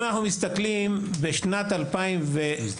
אם אנחנו מסתכלים על שנת 2017,